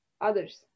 others